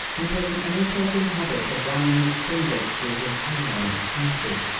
and with an irritating habit of running his fingers through his hair when excited.